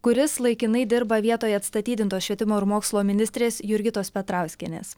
kuris laikinai dirba vietoje atstatydintos švietimo ir mokslo ministrės jurgitos petrauskienės